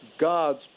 God's